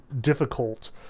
difficult